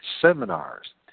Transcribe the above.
seminars